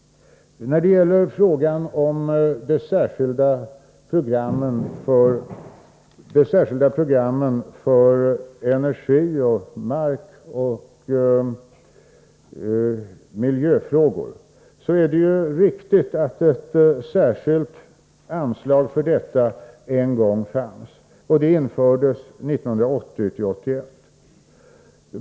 När det gäller frågan om de särskilda programmen för energi samt för markoch miljöfrågor är det ju riktigt att ett speciellt anslag härför en gång fanns, och det infördes 1980/81.